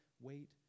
wait